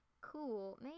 cool